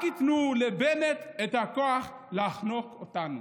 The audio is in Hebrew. רק ייתנו" לבנט, "את הכוח לחנוק אותנו".